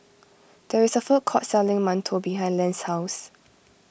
there is a food court selling Mantou behind Lance's house